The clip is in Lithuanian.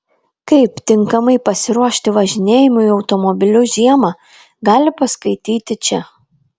kaip tinkamai pasiruošti važinėjimui automobiliu žiemą gali paskaityti čia